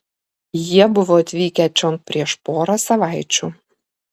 jie buvo atvykę čion prieš porą savaičių